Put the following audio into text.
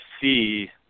see –